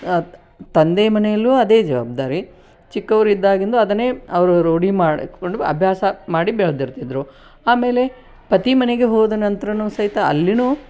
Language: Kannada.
ತಂದೆ ಮನೆಯಲ್ಲೂ ಅದೇ ಜವಾಬ್ದಾರಿ ಚಿಕ್ಕವರಿದ್ದಾಗಿಂದು ಅದನ್ನೇ ಅವರು ರೂಢಿ ಮಾಡಿಕೊಂಡು ಅಭ್ಯಾಸ ಮಾಡಿ ಬೆಳೆದಿರ್ತಿದ್ರು ಆಮೇಲೆ ಪತಿ ಮನೆಗೆ ಹೋದ ನಂತರವೂ ಸಹಿತ ಅಲ್ಲಿಯೂ